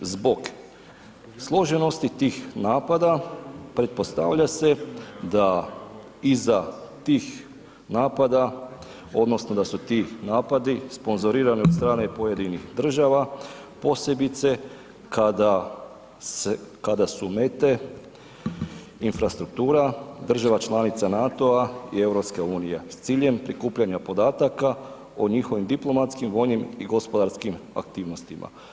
Zbog složenosti tih napada pretpostavlja se da iza tih napada odnosno da su ti napadi sponzorirani od strane pojedinih država, posebice kada su mete infrastruktura, država članica NATO-a i EU s ciljem prikupljanja podataka o njihovim diplomatskim, vojnim i gospodarskim aktivnostima.